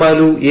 Balu A